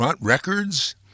Records